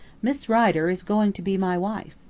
miss rider is going to be my wife.